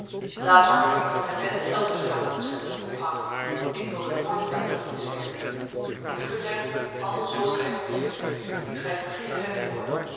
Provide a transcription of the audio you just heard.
laat zwarte piet met zijn bende elders gaan om zich te doen ophangen ik wil de koord daartoe niet spinnen wat u betreft handel zooals gij het goedvindt ik schrijf u geene wetten voor